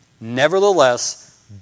Nevertheless